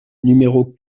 numéros